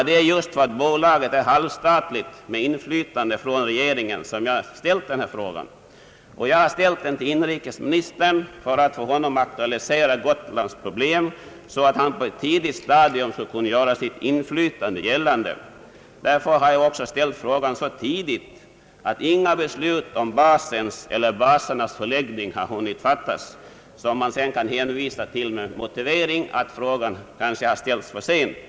Det är just för att bolaget blir halvstatligt, med inflytande från regeringen, som jag har ställt frågan. Jag har riktat den till inrikesministern för att för honom aktualisera Gotlands problem så att han på ett tidigt stadium skulle kunna göra sitt infiytande gällande. Jag har också framställt frågan så tidigt att inga beslut om basens eller basernas förläggning har hunnit fattas, som man sedan kan hänvisa till med motivering att frågan ställts för sent.